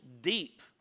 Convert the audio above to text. deep